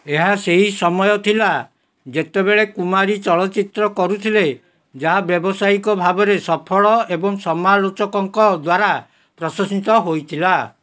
ଏହା ସେହି ସମୟ ଥିଲା ଯେତେବେଳେ କୁମାରୀ ଚଳଚ୍ଚିତ୍ର କରୁଥିଲେ ଯାହା ବ୍ୟବସାୟିକ ଭାବରେ ସଫଳ ଏବଂ ସମାଲୋଚକଙ୍କ ଦ୍ୱାରା ପ୍ରଶଂସିତ ହୋଇଥିଲା